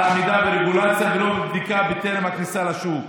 על עמידה ברגולציה ולא בדיקה בטרם הכניסה לשוק,